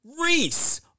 Reese